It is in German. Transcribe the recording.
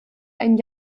ein